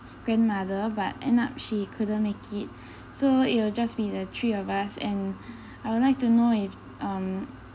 grandmother but end up she couldn't make it so it will just be the three of us and I would like to know if um